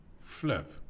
Flip